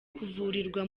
kuvurirwa